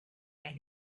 and